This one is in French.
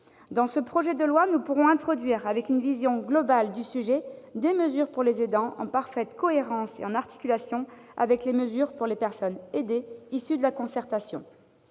Dans ce projet de loi, nous pourrons introduire, avec une vision globale du sujet, des mesures pour les aidants, en parfaite cohérence et en articulation avec les mesures pour les personnes aidées qui seront issues de la concertation.